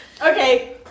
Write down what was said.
okay